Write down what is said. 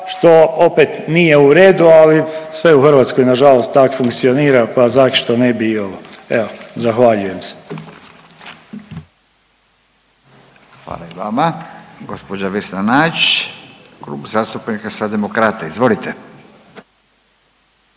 što opet nije u redu, ali sve u Hrvatskoj nažalost tak funkcionira, pa zašto ne bi i ovo. Evo, zahvaljujem se. **Radin, Furio (Nezavisni)** Hvala i vama. Gđa Vesna Nađ, Klub zastupnika Socijaldemokrata, izvolite.